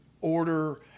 order